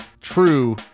true